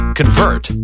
convert